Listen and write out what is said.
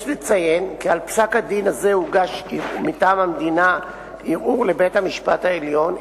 יש לציין כי על פסק-הדין הזה הוגש מטעם המדינה ערעור לבית-המשפט העליון,